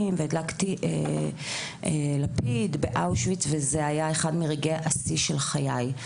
והדלקתי לפיד באושוויץ וזה היה אחד מרגעי השיא של חיי.